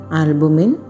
albumin